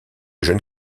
jeune